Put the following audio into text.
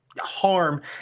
harm